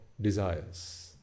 desires